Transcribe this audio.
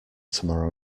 tomorrow